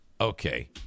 Okay